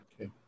Okay